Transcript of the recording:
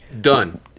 Done